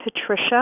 Patricia